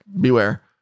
beware